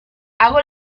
hago